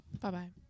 Bye-bye